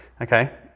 okay